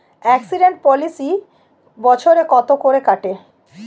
Accident policy বছরে কত করে কাটে?